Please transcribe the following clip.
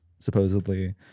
supposedly